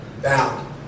Bound